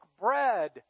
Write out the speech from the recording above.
bread